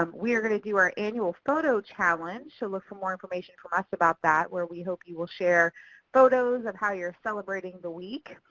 um we are going to do our annual photo challenge, so look for more information from us about that, where we hope you will share photos of how you're celebrating the week.